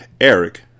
Eric